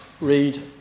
read